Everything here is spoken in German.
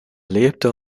lebte